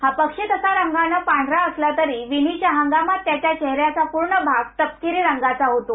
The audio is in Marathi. हा पक्षी तसा रंगानं पांढरा असला तरी विणीच्या हंगामात त्याच्या चेहेऱ्याचा पूर्ण भाग तपकिरी रंगाचा होतो